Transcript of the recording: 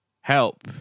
Help